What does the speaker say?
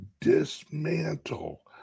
dismantle